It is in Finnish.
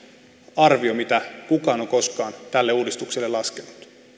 arvio mitä kukaan on koskaan tälle uudistukselle laskenut